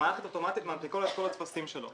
המערכת אוטומטית מנפיקה את כל הטפסים שלו.